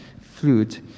flute